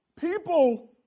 people